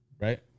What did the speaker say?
right